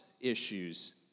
issues